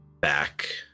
back